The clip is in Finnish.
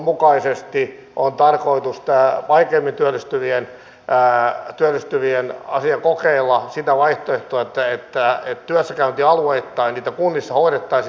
nyt on tarkoitus estää vaikeimmin työllistyvien pää työllistyvien aasian cup reumaa sitä vaihtoehtoa mahdollista käydä tästä asiasta debattia